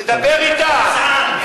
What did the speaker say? תדבר אתם.